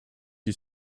you